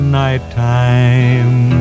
nighttime